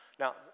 Now